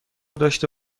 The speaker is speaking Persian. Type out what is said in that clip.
داشته